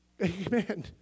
Amen